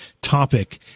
topic